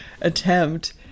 attempt